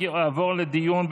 התשפ"א 2020,